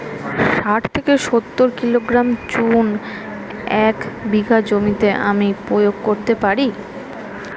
শাঠ থেকে সত্তর কিলোগ্রাম চুন এক বিঘা জমিতে আমি প্রয়োগ করতে পারি?